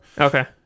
Okay